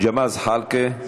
ג'מאל זחאלקה,